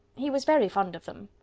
he was very fond of them.